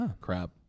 crap